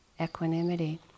equanimity